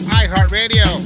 iHeartRadio